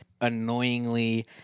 annoyingly